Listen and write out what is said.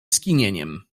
skinieniem